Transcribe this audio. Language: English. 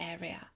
area